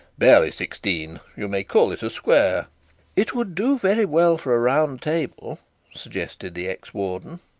barely sixteen you may call it a square it would do very well for a round table suggested the ex-warden.